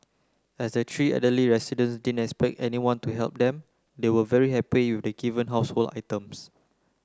as the three elderly residents didn't expect anyone to help them they were very happy the given household items